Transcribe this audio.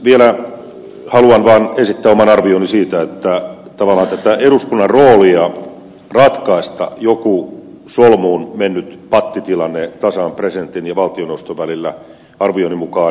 vielä haluan vaan esittää oman arvioni siitä että tavallaan tätä eduskunnan roolia ratkaista joku solmuun mennyt pattitilanne tasavallan presidentin ja valtioneuvoston välillä ei varmaankaan tulla arvioni mukaan juuri tarvitsemaan